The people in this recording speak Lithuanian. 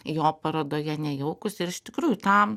jo parodoje nejaukus ir iš tikrųjų tam